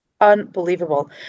unbelievable